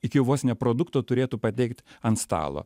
iki vos ne produkto turėtų pateikt ant stalo